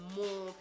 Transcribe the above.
more